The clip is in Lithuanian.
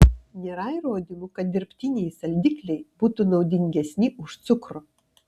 nėra įrodymų kad dirbtiniai saldikliai būtų naudingesni už cukrų